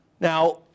Now